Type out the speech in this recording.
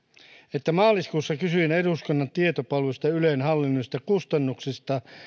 että maaliskuussa kysyin eduskunnan tietopalvelusta ylen hallinnollisista kustannuksista